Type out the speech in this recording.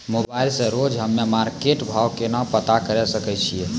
Mobile से रोजे हम्मे मार्केट भाव केना पता करे सकय छियै?